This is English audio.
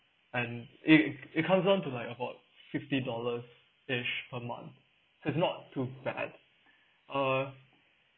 and it it counts sum to like about fifty dollarish a month that's not too bad uh